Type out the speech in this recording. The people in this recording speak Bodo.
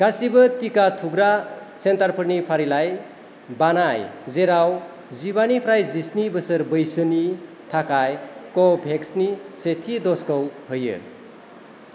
गासैबो टिका थुग्रा सेन्टारफोरनि फारिलाइ बानाय जेराव जिबानिफ्राय जिस्नि बोसोर बैसोनि थाखाय कभेक्सनि सेथि दजखौ होयो